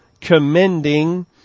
commending